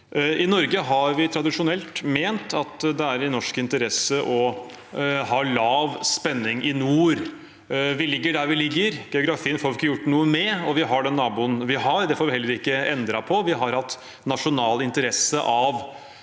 I Norge har vi tradisjonelt ment at det er i norsk interesse å ha lav spenning i nord. Vi ligger der vi ligger, geografien får vi ikke gjort noe med, og vi har den naboen vi har, det får vi heller ikke endret på. Vi har hatt nasjonal interesse av